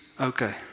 okay